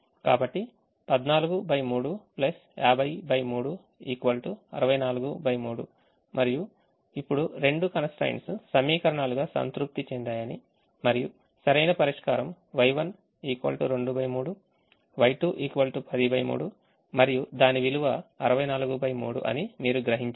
కాబట్టి 143 503 643 మరియు ఇప్పుడు రెండు constraints సమీకరణాలుగా సంతృప్తి చెందాయని మరియు సరైన పరిష్కారం Y1 23 Y2 103 మరియుదాని విలువ 643 అని మీరు గ్రహించారు